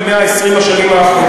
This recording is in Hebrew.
ב-120 השנים האחרונות.